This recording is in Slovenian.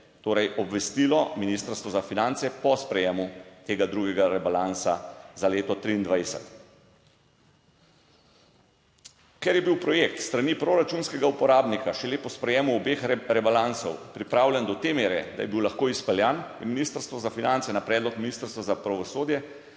torej obvestilo Ministrstvo za finance po sprejemu tega drugega rebalansa za leto 2023. Ker je bil projekt s strani proračunskega uporabnika šele po sprejemu obeh rebalansov pripravljen do te mere, da je bil lahko izpeljan, je Ministrstvo za finance na predlog Ministrstva za pravosodje